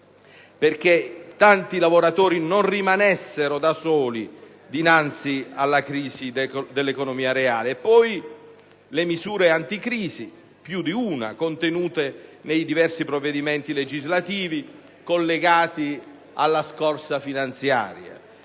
perché tanti lavoratori non rimanessero da soli dinanzi alla crisi dell'economia reale. Poi le misure anticrisi, più di una, contenute nei diversi provvedimenti legislativi collegati alla scorsa finanziaria,